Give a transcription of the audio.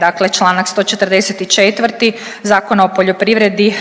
dakle, članak 144. Zakona o poljoprivredi